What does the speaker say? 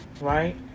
right